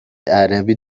عربی